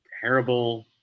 terrible